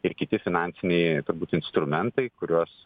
ir kiti finansiniai turbūt instrumentai kuriuos